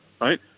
right